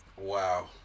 Wow